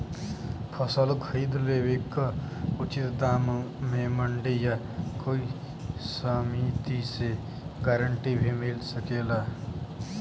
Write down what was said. फसल खरीद लेवे क उचित दाम में मंडी या कोई समिति से गारंटी भी मिल सकेला?